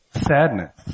sadness